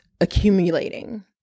accumulating